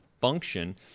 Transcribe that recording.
function